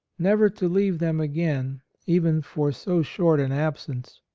never to leave them again even for so short an absence.